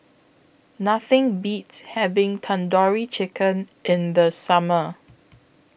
Nothing Beats having Tandoori Chicken in The Summer